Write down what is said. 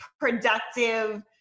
productive